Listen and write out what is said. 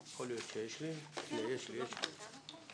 של קבוצת סיעת יש עתיד לסעיף 12א לא